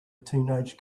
teenage